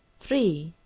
three.